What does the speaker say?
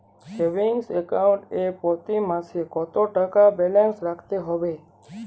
Savings account এ প্রতি মাসে কতো টাকা ব্যালান্স রাখতে হবে?